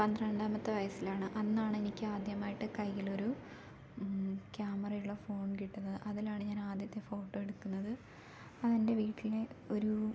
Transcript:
പന്ത്രണ്ടാമത്ത വയസ്സിലാണ് അന്നാണെനിക്കാദ്യമായിട്ട് കയ്യിലൊരു ക്യാമറ ഉള്ള ഫോൺ കിട്ടുന്നത് അതിലാണ് ഞാനാദ്യത്തെ ഫോട്ടോ എടുക്കുന്നത് അതെൻ്റെ വീട്ടിലെ ഒരു